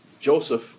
Joseph